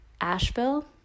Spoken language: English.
Asheville